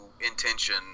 intention